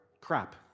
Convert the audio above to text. crap